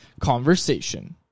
Conversation